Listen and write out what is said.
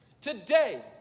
Today